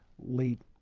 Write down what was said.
late